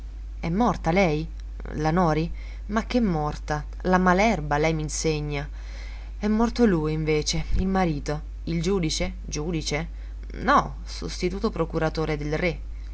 è morta lei la noti ma che morta la mal'erba lei m'insegna è morto lui invece il marito il giudice giudice no sostituto procuratore del re